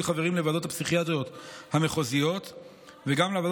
חברים לוועדות הפסיכיאטריות המחוזיות וגם לוועדות